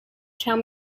tell